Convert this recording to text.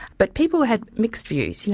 but people had mixed views. you know,